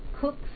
cook